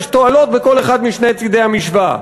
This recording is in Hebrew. יש תועלת בכל אחד משני צדי המשוואה.